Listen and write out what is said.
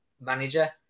manager